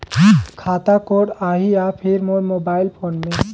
खाता कोड आही या फिर मोर मोबाइल फोन मे?